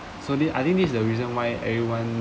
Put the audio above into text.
so this I think this is the reason why everyone